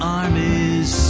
armies